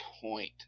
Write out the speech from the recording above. point